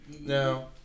Now